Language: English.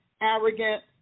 arrogant